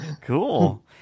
cool